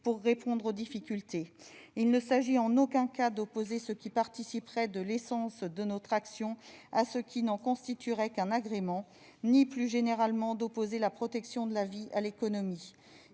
pour répondre aux difficultés. Il ne s'agit en aucun cas d'opposer ce qui participerait de l'essence de notre action à ce qui n'en constituerait qu'un agrément ni, plus généralement, d'opposer la protection de la vie à l'économie.